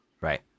Right